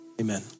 amen